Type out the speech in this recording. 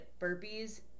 burpees